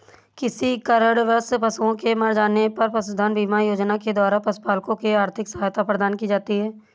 किसी कारणवश पशुओं के मर जाने पर पशुधन बीमा योजना के द्वारा पशुपालकों को आर्थिक सहायता प्रदान की जाती है